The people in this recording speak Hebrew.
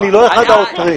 אני לא אחד העותרים.